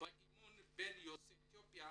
באמון בין יוצאי אתיופיה